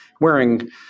wearing